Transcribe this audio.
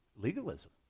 legalism